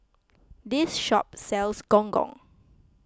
this shop sells Gong Gong